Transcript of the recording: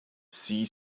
sea